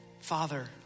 Father